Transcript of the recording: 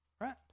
Right